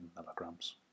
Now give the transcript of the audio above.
milligrams